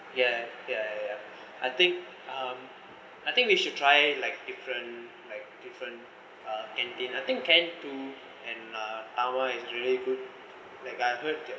ya ya I think um I think we should try like different like different uh canteen I think can two and tama is really good like I heard that